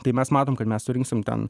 tai mes matome kad mes surinksime ten